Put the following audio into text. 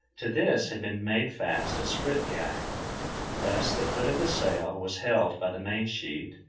to this had been made fast a sprit guy thus, the foot of the sail was held by the main-sheet,